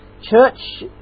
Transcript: church